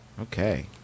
Okay